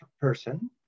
person